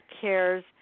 CARES